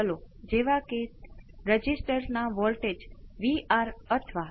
મને આ પ્રકારના સંતુલિત કાર્ય વિશે વિચારવા દો જો તમારી પાસે આ બાજુ cos ω t ϕ હોય તો તમારે રદ કરવું જોઈએ